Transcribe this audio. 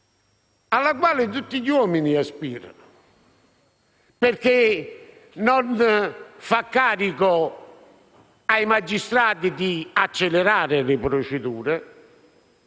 al quale tutti gli uomini aspirano, perché non fa carico ai magistrati di accelerare le procedure